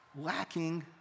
lacking